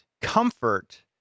comfort